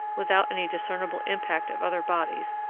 without any discernible impact of other bodies,